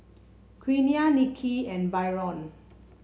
Quiana Nikki and Byron